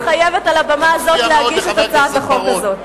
אתה מפריע מאוד לחבר הכנסת בר-און,